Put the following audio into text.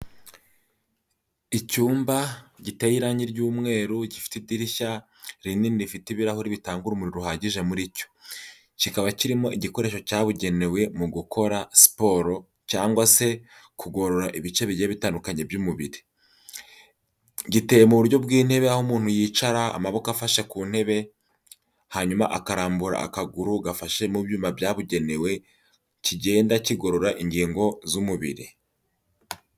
Icyumba giteye irangi ry'umweru, gifite idirishya rinini rifite ibirahuri bitanga urumuri ruhagije muri cyo. Kikaba kirimo igikoresho cyabugenewe mu gukora siporo cyangwa se kugorora ibice bigiye bitandukanye by'umubiri, giteye mu buryo bw'intebe, aho umuntu yicara amaboko afashe ku ntebe, hanyuma akarambura akaguru gafashe mu byuma byabugenewe, kigenda kigorora ingingo z'umubiri.